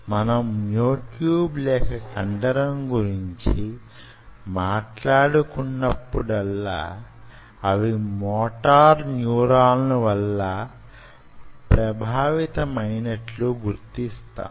మనము myotube లేక కండరం గురించి మాట్లాడుకున్నప్పుడల్లా అవి మోటార్ న్యూరాన్ల వల్ల ప్రభావితమైనట్లు గుర్తిస్తాము